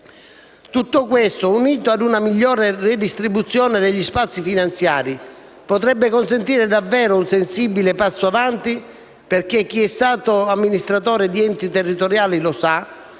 Tutto questo, unito ad una migliore redistribuzione degli spazi finanziari, potrebbe consentire davvero un sensibile passo avanti perché chi è stato amministratore di enti territoriali sa